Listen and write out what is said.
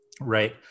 Right